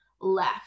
left